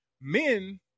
Men